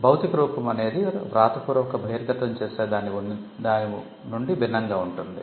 భౌతిక రూపం అనేది వ్రాతపూర్వక బహిర్గతం చేసే దాని నుండి భిన్నంగా ఉంటుంది